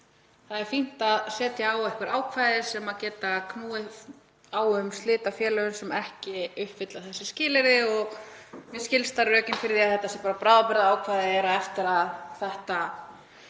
Það er fínt að setja einhver ákvæði sem geta knúið á um slit á félögum sem ekki uppfylla þessi skilyrði og mér skilst að rökin fyrir því að þetta sé bara bráðabirgðaákvæði séu að eftir að þetta